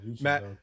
Matt